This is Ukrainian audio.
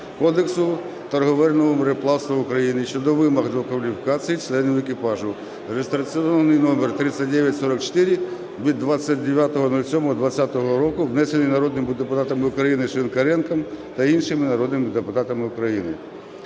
Кодексу торговельного мореплавства України щодо вимог до кваліфікації членів екіпажу (реєстраційний номер 3944) від 29.07.2020 року, внесений народними депутатами України Шинкаренком та іншими народними депутатами України.